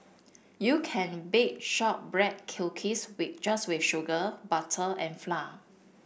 you can bake shortbread cookies with just with sugar butter and flour